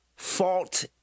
fault